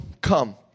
come